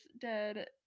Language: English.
dead